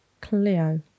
Cleo